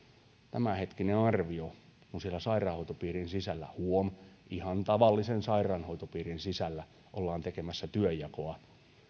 tämänhetkisen arvion mukaan kun siellä sairaanhoitopiirin sisällä huom ihan tavallisen sairaanhoitopiirin sisällä ollaan tekemässä työnjakoa